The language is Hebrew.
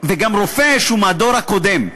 וגם רופא שהוא מהדור הקודם.